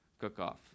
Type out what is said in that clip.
cook-off